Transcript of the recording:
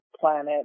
planet